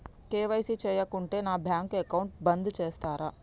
KYC చేయకుంటే నా bank account బంద్ చేస్తరా?